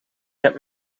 heb